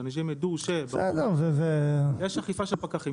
שאנשים ידעו שבמקום הזה יש אכיפה של פקחים.